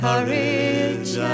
Courage